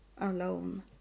alone